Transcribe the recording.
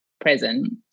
present